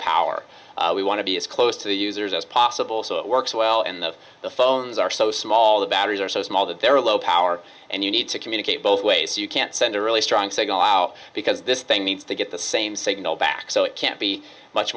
power we want to be as close to the users as possible so it works well and the the phones are so small the batteries are so small that they're low power and you need to communicate both ways you can't send a really strong signal out because this thing needs to get the same signal back so it can't be much